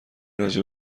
راجع